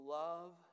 love